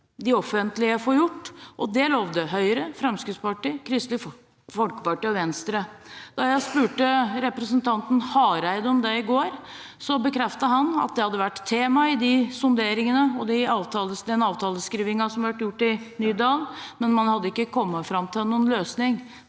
de offentlige får, og det lovte Høyre, Fremskrittspartiet, Kristelig Folkeparti og Venstre. Da jeg spurte representanten Hareide om det i går, bekreftet han at det hadde vært tema i sonderingene og avtaleskrivingen som har vært gjort i Nydalen, men man hadde ikke kommet fram til noen løsning.